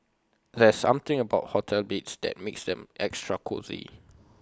there's something about hotel beds that makes them extra cosy